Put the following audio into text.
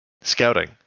Scouting